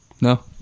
no